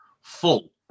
full